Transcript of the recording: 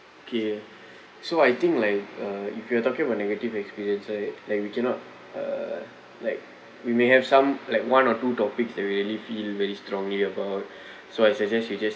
K so I think like uh if you are talking about negative experience right like we cannot uh like we may have some like one or two topics that we really feel very strongly about so I suggest you just